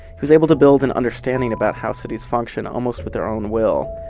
he was able to build an understanding about how cities function almost with their own will.